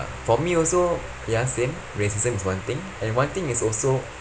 for me also ya same racism is one thing and one thing is also